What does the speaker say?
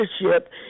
leadership